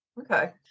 Okay